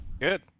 Good